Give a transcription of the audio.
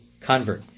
convert